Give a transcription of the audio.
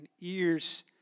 ears